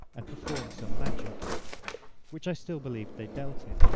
and perform some magic which i still believed they dealt in.